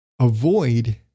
avoid